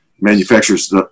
manufacturers